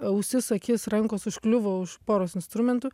ausis akis rankos užkliuvo už poros instrumentų